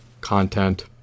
content